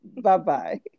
Bye-bye